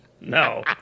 No